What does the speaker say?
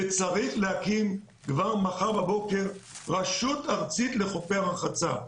וצריך להקים כבר מחר בבוקר רשות ארצית לחופי הרחצה.